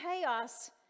chaos